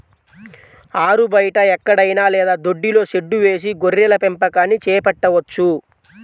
ఆరుబయట ఎక్కడైనా లేదా దొడ్డిలో షెడ్డు వేసి గొర్రెల పెంపకాన్ని చేపట్టవచ్చు